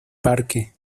parque